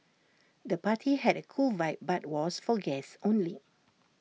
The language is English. the party had A cool vibe but was for guests only